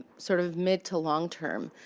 sort of, mid to long term.